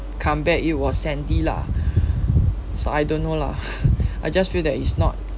come back it was sandy lah so I don't know lah I just feel that is not